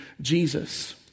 Jesus